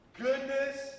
goodness